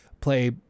play